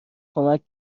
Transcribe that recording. کمک